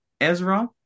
Ezra